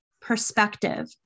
perspective